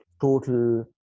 total